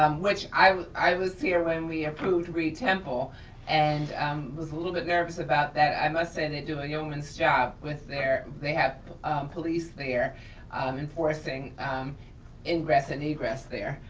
um i i was here when we approved reid temple and um was a little bit nervous about that. i must say they're doing yeoman's job with their, they have police there enforcing ingress and egress there.